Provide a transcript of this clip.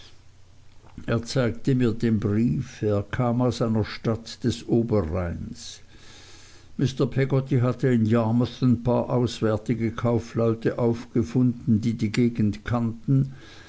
er zeigte mir den brief er kam aus einer stadt des oberrheins mr peggotty hatte in yarmouth ein paar auswärtige kaufleute aufgefunden die die gegend kannten